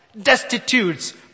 destitutes